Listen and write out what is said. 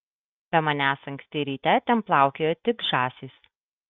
be manęs anksti ryte ten plaukiojo tik žąsys